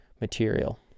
material